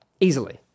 easily